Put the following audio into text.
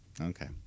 Okay